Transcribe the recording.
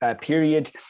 period